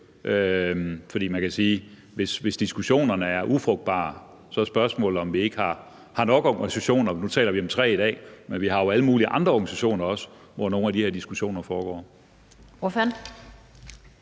For man kan sige, at hvis diskussionerne er ufrugtbare, er spørgsmålet, om vi ikke har nok organisationer. Nu taler vi om tre i dag, men vi har jo også alle mulige andre organisationer, hvor nogle af de her diskussioner foregår.